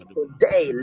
Today